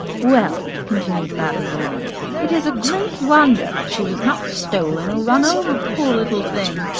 well, continued madame du launy, it is a great wonder that she was not stolen or run over, poor little thing!